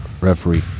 Referee